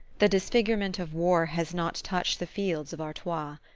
the disfigurement of war has not touched the fields of artois.